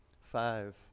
five